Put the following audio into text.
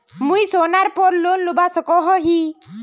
मुई सोनार पोर लोन लुबा सकोहो ही?